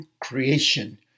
creation